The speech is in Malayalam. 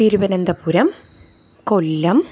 തിരുവനന്തപുരം കൊല്ലം